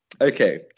Okay